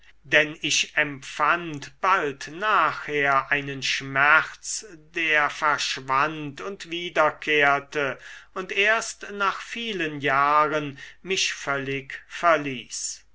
denn ich empfand bald nachher einen schmerz der verschwand und wiederkehrte und erst nach vielen jahren mich völlig verließ